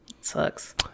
sucks